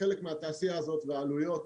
חלק מהתעשייה הזאת ועלויות